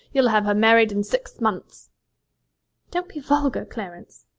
you'll have her married in six months don't be vulgar, clarence.